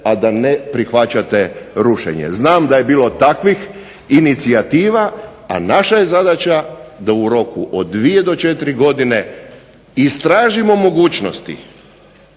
a da ne prihvaćate rušenje. Znam da je bilo takvih inicijativa, a naša je zadaća da u roku od 2 do 4 godine istražimo mogućnosti